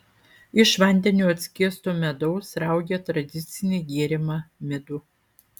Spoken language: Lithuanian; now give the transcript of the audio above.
iš vandeniu atskiesto medaus raugė tradicinį gėrimą midų